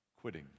quitting